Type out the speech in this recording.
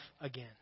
again